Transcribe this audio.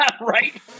right